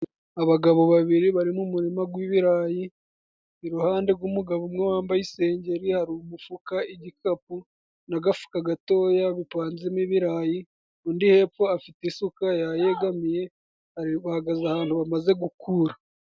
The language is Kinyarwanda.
Abagabo babiri bari mu muririma gw'ibirayi, iruhande rw'umugabo umwe wambaye isengeri hari umufuka, igikapu n'agafuka gatoya bipanzemo ibirayi, undi hepfo afite isuka yayegamiye ahagaze ahantu bamaze gukura.